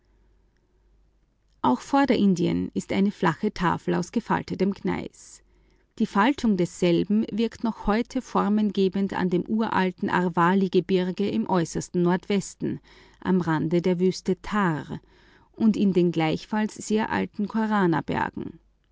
auch vorderindien ist eine flache tafel aus gefaltetem gneis die faltung wirkt noch heute formengebend in dem uralten arvaligebirge im äußersten nordwesten am rande der wüste tharr und in den gleichfalls sehr alten